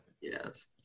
Yes